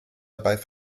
dabei